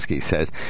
says